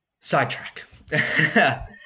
Sidetrack